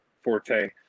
forte